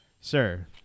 sir